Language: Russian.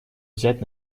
взять